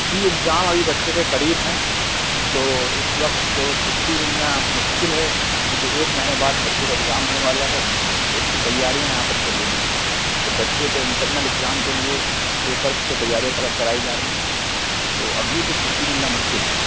جی exam ابھی بچے کے قریب ہیں تو اِس وقت تو چُھٹی مِلنا مشکل ہے کیونکہ ایک مہینے بعد بچے کا اگزام ہونے والا ہے تو اُس کی تیاریاں یہاں پر چل رہی ہیں تو بچے کا انٹرنل اگزام کے لئے پیپرز سے تیاریاں کرائی جا رہی ہیں تو ابھی تو چُھٹی ملنا مشکل ہے